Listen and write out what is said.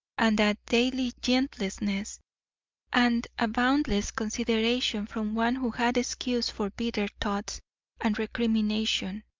and that daily gentleness, and a boundless consideration from one who had excuse for bitter thoughts and recrimination,